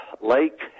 lake